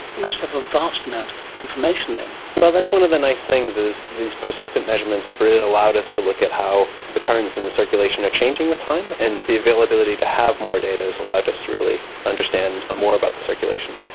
you must have a vast amount of information then. well, that's one of the nice things, is these persistent measurements have really allowed us to look at how the currents and the circulation are changing with time, and the availability to have more data has allowed us to really understand more about the circulation.